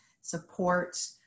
support